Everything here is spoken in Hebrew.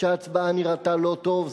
שההצבעה נראתה לא טוב,